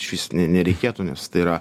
iš vis ne nereikėtų nes tai yra